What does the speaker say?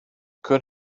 could